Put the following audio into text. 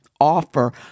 Offer